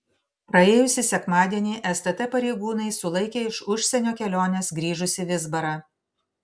praėjusį sekmadienį stt pareigūnai sulaikė iš užsienio kelionės grįžusį vizbarą